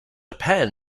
depend